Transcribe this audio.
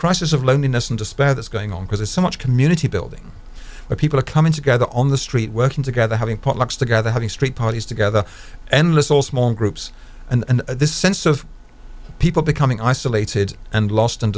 crisis of loneliness and despair that's going on because it's so much community building where people are coming together on the street working together having potlucks together having street parties together endless all small groups and this sense of people becoming isolated and lost and